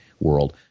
world